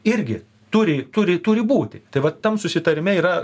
irgi turi turi turi būti tai va tam susitarime yra